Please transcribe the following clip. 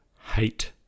hate